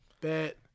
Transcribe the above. Bet